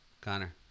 Connor